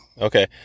Okay